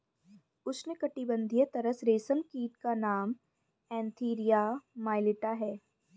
उष्णकटिबंधीय तसर रेशम कीट का नाम एन्थीरिया माइलिट्टा है